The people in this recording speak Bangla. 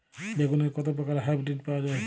বেগুনের কত প্রকারের হাইব্রীড পাওয়া যায়?